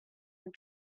and